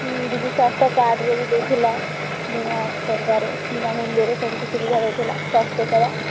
ବିଜୁ ସ୍ୱାସ୍ଥ୍ୟ କାର୍ଡ଼ରେ ବି ଦେଇ ଥିଲା ବିନା ଟଙ୍କାରେ ବିନା ମୂଲ୍ୟରେ ସବୁକୁ ସୁବିଧା ଦେଉଥିଲା ସ୍ୱାସ୍ଥ୍ୟ ସେବା